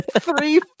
Three